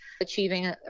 achieving